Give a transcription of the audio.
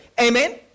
Amen